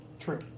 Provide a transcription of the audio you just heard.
True